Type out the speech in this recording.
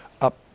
up